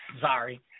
sorry